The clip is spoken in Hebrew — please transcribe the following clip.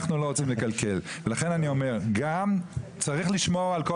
אנחנו לא רוצים לקלקל ולכן אני אומר גם צריך לשמור על כל